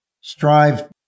Strive